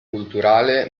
culturale